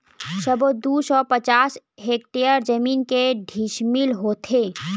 सबो दू सौ पचास हेक्टेयर जमीन के डिसमिल होथे?